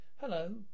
hello